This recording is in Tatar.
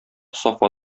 сафа